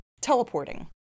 teleporting